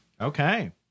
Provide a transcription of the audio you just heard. Okay